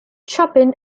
chopin